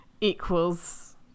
equals